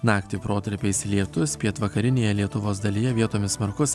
naktį protarpiais lietus pietvakarinėje lietuvos dalyje vietomis smarkus